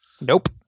Nope